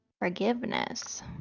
forgiveness